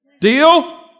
Deal